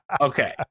Okay